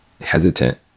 hesitant